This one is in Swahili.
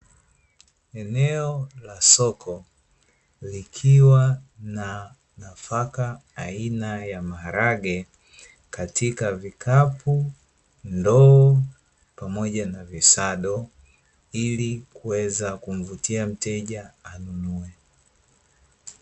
Eneo la soko likiwa na nafaka aina ya maharage katika vikapu, ndoo pamoja na visado, ili kumvutia mteja aweze anunue.